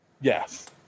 Yes